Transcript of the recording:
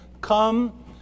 come